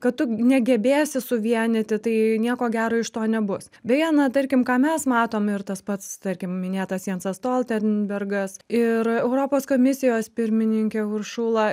kad tu negebėsi suvienyti tai nieko gero iš to nebus beje na tarkim ką mes matom ir tas pats tarkim minėtas jansas stoltenbergas ir europos komisijos pirmininkė uršula